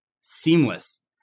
seamless